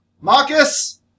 Marcus